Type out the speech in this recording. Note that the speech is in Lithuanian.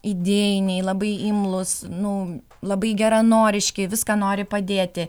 idėjiniai labai imlūs nu labai geranoriški viską nori padėti